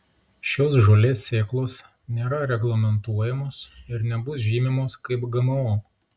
šios žolės sėklos nėra reglamentuojamos ir nebus žymimos kaip gmo